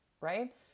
right